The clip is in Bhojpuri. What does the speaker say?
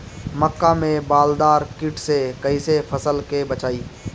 मक्का में बालदार कीट से कईसे फसल के बचाई?